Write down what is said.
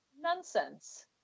nonsense